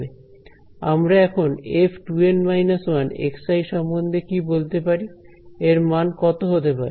আমরা এখন f2N−1 সম্বন্ধে কি বলতে পারি এর মান কত হতে পারে